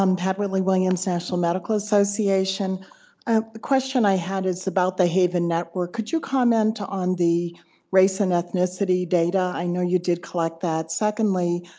pat whitley williams, national medical association. a question i had is about the haven network, could you comment on the race and ethnicity data? i know you did collect that. secondly,